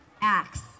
Acts